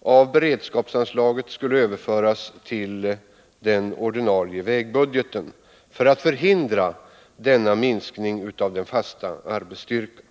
av beredskapsanslaget skall överföras till den ordinarie vägbudgeten för att förhindra denna minskning av den fasta arbetsstyrkan.